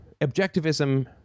Objectivism